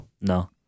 No